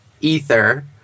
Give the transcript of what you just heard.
ether